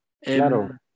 Claro